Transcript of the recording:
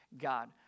God